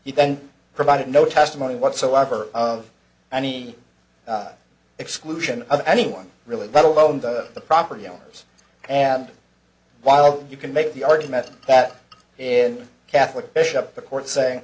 he then provided no testimony whatsoever of any exclusion of anyone really let alone the property owners and while you can make the argument that in catholic bishop the court